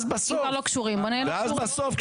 אז בסוף,